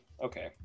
Okay